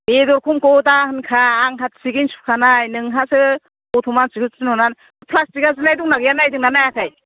बेदर खमखौ दाहोनखा आंहा थिगैनो सुखानाय नोंहासो गथ' मानसिखौ थिनहरनानै प्लासथिकआ जिनाय दं ना गैया नायदों ना नायाखै